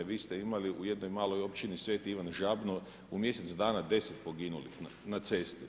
Vi ste imali u jednoj maloj općini Sv. Ivan Žabno, u mjesec dana 10 poginulih na cesti.